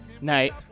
Night